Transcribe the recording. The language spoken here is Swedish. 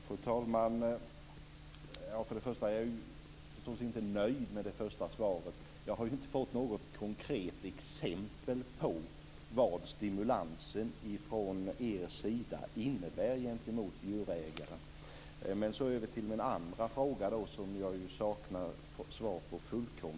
Fru talman! Jag är förstås inte nöjd med det första svaret. Jag har inte fått något konkret exempel på vad stimulans från er sida gentemot djurägarna innebär. Men så över till min andra fråga som jag fullkomligt saknar svar på.